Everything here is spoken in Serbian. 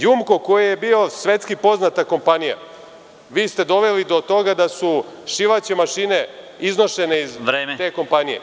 JUMKO“ koji je bio svetska poznata kompanija, vi ste doveli do toga da su šivaće mašine iznošene iz te kompanije…